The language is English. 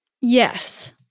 Yes